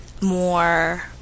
more